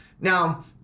Now